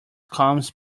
comes